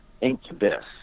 Incubus